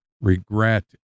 regret